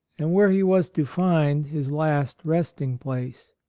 and where he was to find his last resting-place.